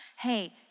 Hey